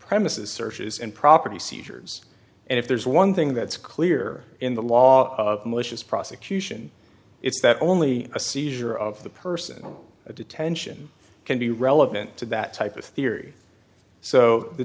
premises searches and property seizures and if there's one thing that's clear in the law of malicious prosecution it's that only a seizure of the person in a detention can be relevant to that type of theory so the